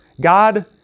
God